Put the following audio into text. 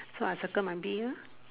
so I circle my bee ha